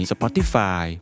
Spotify